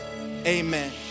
amen